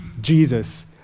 Jesus